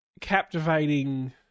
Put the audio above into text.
captivating